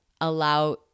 allow